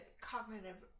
cognitive